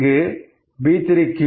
இது 3